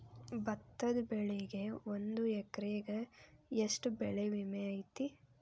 ಭತ್ತದ ಬೆಳಿಗೆ ಒಂದು ಎಕರೆಗೆ ಎಷ್ಟ ಬೆಳೆ ವಿಮೆ ಐತಿ?